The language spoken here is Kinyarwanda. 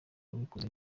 wabikoze